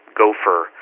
gopher